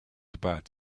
about